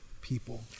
people